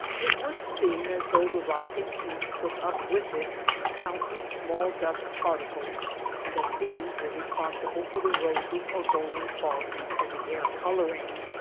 it would seem as though the rising heat took up with it countless small dust-particles and that these were respon sible for the rosy or golden quality of the air coloring.